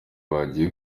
byagiye